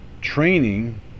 Training